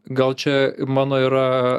gal čia mano yra